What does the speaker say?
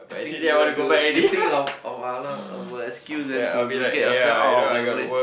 I think you have to you think of of another of a excuse then to to look at yourself out of the place